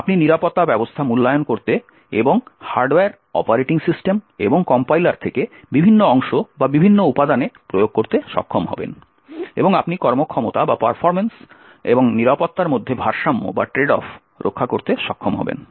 আপনি নিরাপত্তা ব্যবস্থা মূল্যায়ন করতে এবং হার্ডওয়্যার অপারেটিং সিস্টেম এবং কম্পাইলার থেকে বিভিন্ন অংশ বা বিভিন্ন উপাদানে প্রয়োগ করতে সক্ষম হবেন এবং আপনি কর্মক্ষমতা এবং নিরাপত্তার মধ্যে ভারসাম্য রক্ষা করতে সক্ষম হবেন